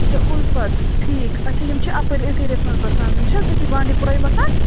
اَچھا اُلفت ٹھیٖک اچھا یِم چھِ اپٲرۍ أتھۍ ایرِیس منٛز بسان یِم چھِنہٕ حظ أتی بانٛڈی پورا بسان